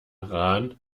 rahn